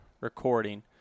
recording